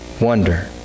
wonder